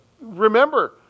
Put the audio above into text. remember